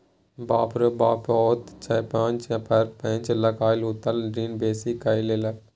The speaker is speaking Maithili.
बाप रौ बाप ओ त पैंच पर पैंच लकए उत्तोलन ऋण बेसी कए लेलक